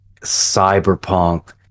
cyberpunk